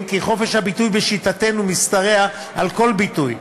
כי חופש הביטוי בשיטתנו משתרע על כל ביטוי.